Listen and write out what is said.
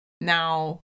Now